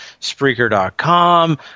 Spreaker.com